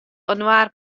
inoar